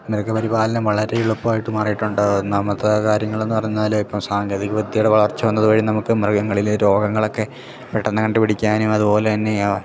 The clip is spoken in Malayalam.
മൃഗ പരിപാലനം വളരെ എളുപ്പായിട്ട് മാറിയിട്ടുണ്ട് അത് ഒന്നാമത്തെ കാര്യങ്ങൾ എന്ന് പറഞ്ഞാൽ ഇപ്പം സാങ്കേതിക വിദ്യയുടെ വളർച്ച വന്നത് വഴി നമുക്ക് മൃഗങ്ങളിലെ രോഗങ്ങൾ ഒക്കെ പെട്ടെന്ന് കണ്ട് പിടിക്കാനും അതുപോലെ തന്നെ ആ